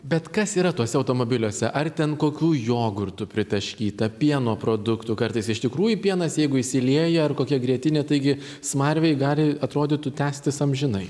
bet kas yra tuose automobiliuose ar ten kokių jogurtų pritaškyta pieno produktų kartais iš tikrųjų pienas jeigu išsilieja ar kokia grietinė taigi smarvei gali atrodytų tęstis amžinai